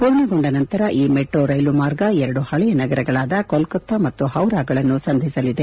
ಪೂರ್ಣಗೊಂಡ ನಂತರ ಈ ಮೆಟ್ರೋ ರೈಲು ಮಾರ್ಗ ಎರಡು ಹಳೆಯ ನಗರಗಳಾದ ಕೊಲ್ಲತ್ತಾ ಮತ್ತು ಹೌರಾಗಳನ್ನು ಸಂಧಿಸಲಿದೆ